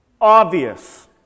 Obvious